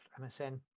MSN